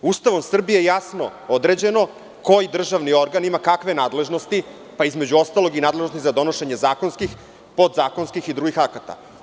Ustavom Srbije je jasno određeno koji državni organi ima kakve nadležnosti, pa između ostalog i nadležnosti za donošenje zakonskih, podzakonskih i drugih akata.